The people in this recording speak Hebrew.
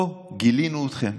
הו, גילינו אתכם.